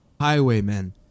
highwaymen